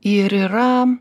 ir yra